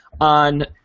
on